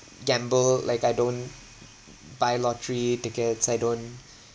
gamble like I don't buy lottery tickets I don't